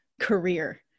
career